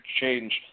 change